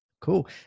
Cool